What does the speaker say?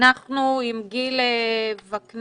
אנחנו עם גיל וקנין,